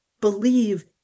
believe